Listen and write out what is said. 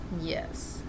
Yes